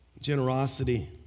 Generosity